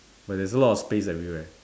but there's a lot of space everywhere